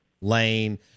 lane